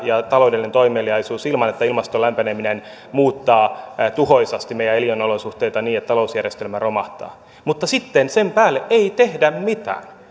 ja taloudellisen toimeliaisuuden ilman että ilmaston lämpeneminen muuttaa tuhoisasti meidän elinolosuhteita niin että talousjärjestelmä romahtaa mutta sitten sen päälle ei tehdä mitään